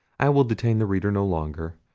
i will detain the reader no longer,